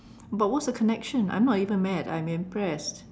but what's the connection I'm not even mad I'm impressed